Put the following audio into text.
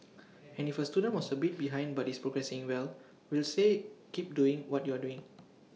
and if A student was A bit behind but is progressing well we'll say keep doing what you're doing